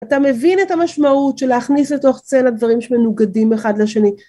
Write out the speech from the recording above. אתה מבין את המשמעות של להכניס לתוך צל הדברים שמנוגדים אחד לשני.